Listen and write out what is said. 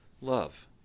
love